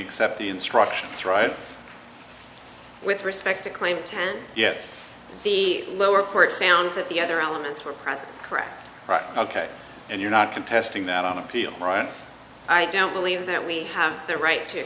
except the instructions right with respect to claim ten yet the lower court found that the other elements were present correct ok and you're not contesting that on appeal right i don't believe that we have the right to